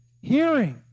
hearing